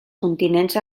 continents